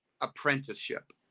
apprenticeship